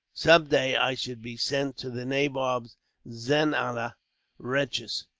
some day, i should be sent to the nabob's zenana wretches!